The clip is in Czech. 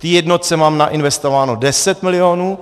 V té jednotce mám nainvestováno 10 milionů.